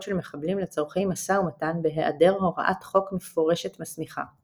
של מחבלים לצורכי משא-ומתן בהיעדר הוראת חוק מפורשת מסמיכה.